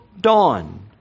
dawn